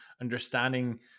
understanding